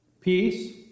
peace